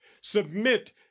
submit